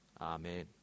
Amen